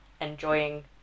enjoying